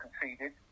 conceded